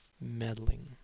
Meddling